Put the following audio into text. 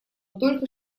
только